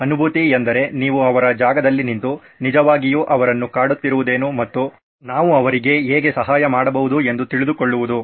ಅನುಭೂತಿ ಎಂದರೆ ನೀವು ಅವರ ಜಾಗದಲ್ಲಿ ನಿಂತು ನಿಜವಾಗಿಯೂ ಅವರನ್ನು ಕಾಡುತ್ತಿರುವುದೇನು ಮತ್ತು ನಾವು ಅವರಿಗೆ ಹೇಗೆ ಸಹಾಯ ಮಾಡಬಹುದು ಎಂದು ತಿಳಿದುಕೊಳ್ಳುವುದು